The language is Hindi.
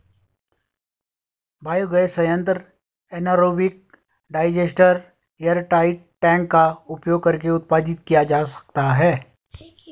बायोगैस संयंत्र एनारोबिक डाइजेस्टर एयरटाइट टैंक का उपयोग करके उत्पादित किया जा सकता है